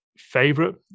favorite